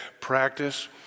practice